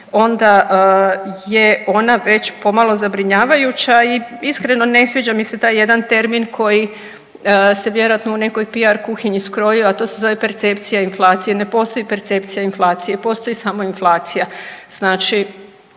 onda je ona već pomalo zabrinjavajuća i iskreno ne sviđa mi se taj jedan termin koji se vjerojatno u nekoj piar kuhinji skrojio, a to se zove percepcija inflacije. Ne postoji percepcija inflacije, postoji samo inflacija. Znači